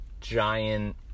giant